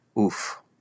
Oof